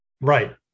Right